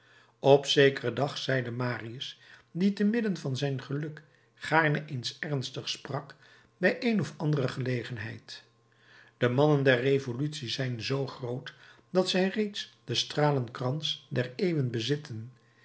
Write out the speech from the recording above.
op zekeren dag zeide marius die te midden van zijn geluk gaarne eens ernstig sprak bij een of andere gelegenheid de mannen der revolutie zijn zoo groot dat zij reeds den stralenkrans der eeuwen bezitten